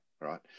Right